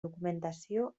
documentació